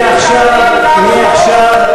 חבר הכנסת גפני,